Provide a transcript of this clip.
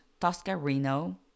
Toscarino